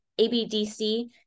ABDC